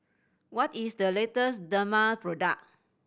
what is the latest Dermale product